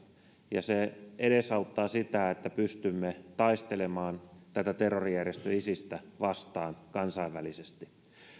ja se edesauttaa sitä että pystymme taistelemaan terrorijärjestö isistä vastaan kansainvälisesti